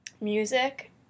music